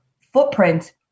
footprint